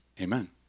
amen